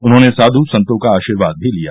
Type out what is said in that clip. उन्होंने साध् संतों का आशीर्वाद भी लिया